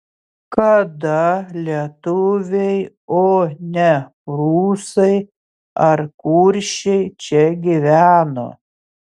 kada lietuviai o ne prūsai ar kuršiai čia gyveno